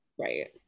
Right